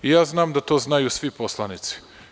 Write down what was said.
I ja znam da to znaju svi poslanici.